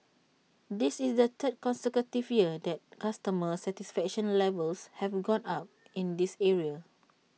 this is the third consecutive year that customer satisfaction levels have gone up in this area